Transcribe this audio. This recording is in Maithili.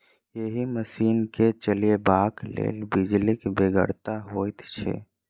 एहि मशीन के चलयबाक लेल बिजलीक बेगरता होइत छै